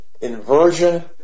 inversion